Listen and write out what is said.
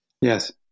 Yes